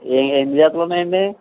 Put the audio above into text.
ఏ ఎన్ని జతలు ఉన్నాయండి